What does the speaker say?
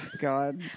God